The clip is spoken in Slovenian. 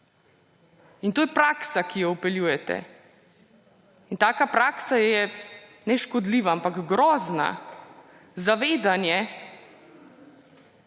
To je praksa, ki jo vpeljujete. In taka praksa ni škodljiva, ampak je grozna. Zavedanje,